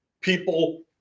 people